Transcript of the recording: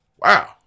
Wow